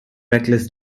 reckless